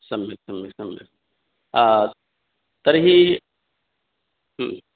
सम्यक् सम्यक् सम्यक् तर्हि